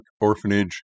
orphanage